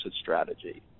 strategy